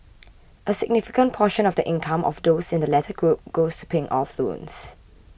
a significant portion of the income of those in the latter group goes to paying off loans